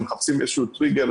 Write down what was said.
הם מחפשים איזשהו טריגר,